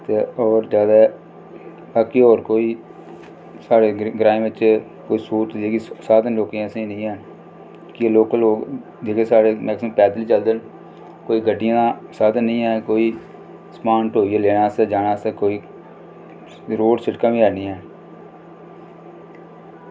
ते होर जादै बाकी होर कोई ते साढ़े ग्रांऽ बिच कोई स्हूलत जां साधन असें नेईं हैन की जेह्ड़े लोकल लोग साढ़े मैक्सीमम पैदल चलदे न कोई गड्डियां साधन निं ऐ कोई समान ढोने आस्तै सिरै पर लेई जाना कोई ते रोड़ सिड़कां बी हैन निं